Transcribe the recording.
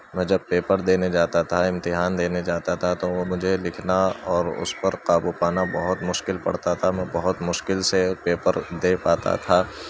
میں جب پیپر دینے جاتا تھا امتحان دینے جاتا تھا تو وہ مجھے لکھنا اور اس پر قابو پانا بہت مشکل پڑتا تھا میں بہت مشکل سے پیپر دے پاتا تھا